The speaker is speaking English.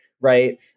right